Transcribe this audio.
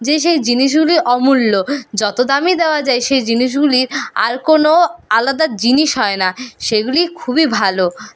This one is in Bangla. যে সেই জিনিসগুলি অমূল্য যতো দামই দেওয়া যায় সেই জিনিসগুলির আর কোনো আলাদা জিনিস হয় না সেগুলি খুবই ভালো